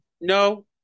No